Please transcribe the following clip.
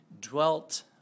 dwelt